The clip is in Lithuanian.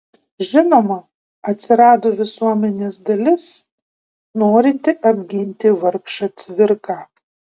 žinoma atsirado visuomenės dalis norinti apginti vargšą cvirką